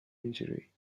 injury